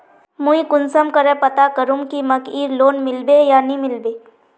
मुई कुंसम करे पता करूम की मकईर लोन मिलबे या नी मिलबे?